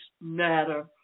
matter